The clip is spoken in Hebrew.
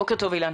בוקר טוב, אילן.